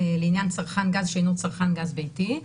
לעניין צרכן גז שאינו צרכן גז ביתי.